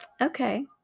okay